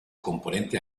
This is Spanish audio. componente